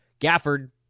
Gafford